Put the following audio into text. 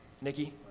nikki